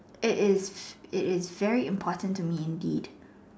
it is it is very important to me indeed